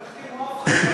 לא החתימו אף אחד.